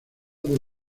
del